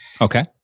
Okay